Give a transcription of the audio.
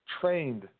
trained